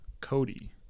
Cody